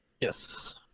Yes